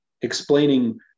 explaining